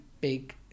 big